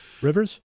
Rivers